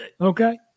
Okay